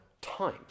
time